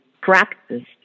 practiced